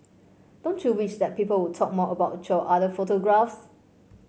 don't you wish that people would talk more about your other photographs